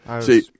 See